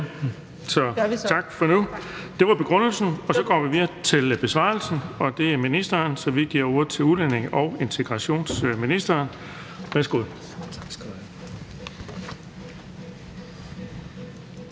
Tak for nu. Det var begrundelsen. Så går vi videre til besvarelsen og giver ordet til udlændinge- og integrationsministeren. Værsgo.